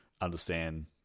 understand